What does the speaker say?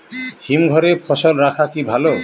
হিমঘরে ফসল রাখা কি ভালো?